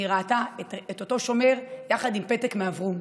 היא ראתה את אותו שומר יחד עם פתק מאברום.